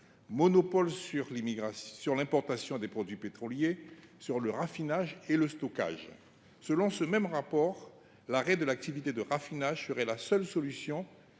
monopole sur l’importation des produits pétroliers, ainsi que sur le raffinage et le stockage. Selon ce même rapport, l’arrêt de l’activité de raffinage serait la seule solution